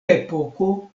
epoko